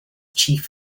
chief